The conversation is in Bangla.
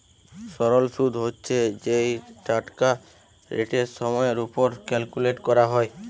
সরল শুদ হচ্ছে যেই টাকাটা রেটের সময়ের উপর ক্যালকুলেট করা হয়